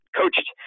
coached